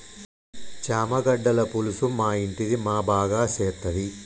చామగడ్డల పులుసు మా ఇంటిది మా బాగా సేత్తది